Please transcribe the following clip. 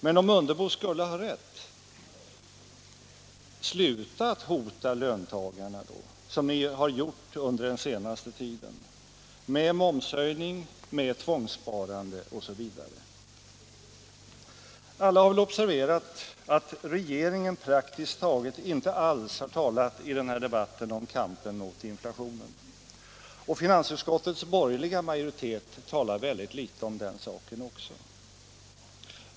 Men om herr Mundebo skulle ha rätt, sluta då med att hota löntagarna som ni har gjort under den senaste tiden med momshöjning, med tvångssparande osv.! Alla har väl observerat att regeringen praktiskt taget inte alls i denna debatt har talat om kampen mot inflationen. Finansutskottets borgerliga majoritet talar också väldigt litet om den saken.